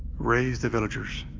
raise the villagers.